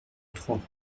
trois